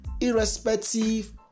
irrespective